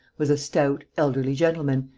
was a stout, elderly gentleman,